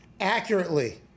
accurately